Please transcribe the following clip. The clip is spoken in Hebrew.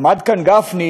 עמד כאן גפני,